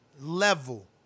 level